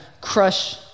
crush